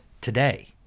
today